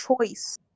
choice